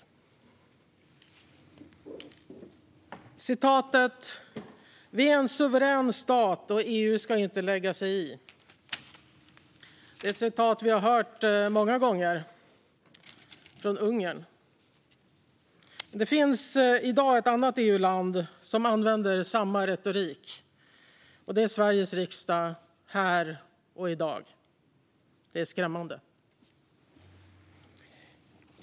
Ett citat vi har hört många gånger från Ungern är: Vi är en suverän stat, och EU ska inte lägga sig i. Det finns ett annat EU-land som använder samma retorik, och det är Sverige, här och i dag i Sveriges riksdag. Det är skrämmande.